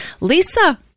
Lisa